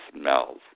smells